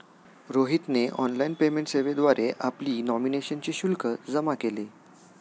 रोहितने online payment सेवेद्वारे आपली नॉमिनेशनचे शुल्क जमा केले